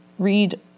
Read